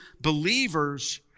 believers